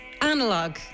analog